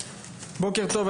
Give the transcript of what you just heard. בוקר טוב.